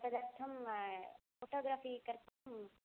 तदर्थं फ़ोटोग्राफ़ि कर्तुं